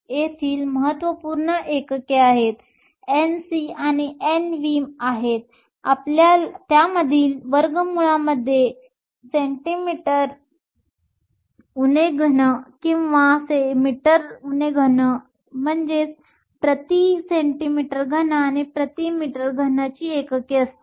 येथील महत्त्वपूर्ण एकके Nc आणि Nv आहेत त्यामधील वर्गमूळामध्ये cm 3 किंवा m 3 ची एकके असतील